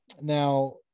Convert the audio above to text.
now